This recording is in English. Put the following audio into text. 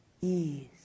ease